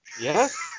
Yes